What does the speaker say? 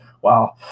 Wow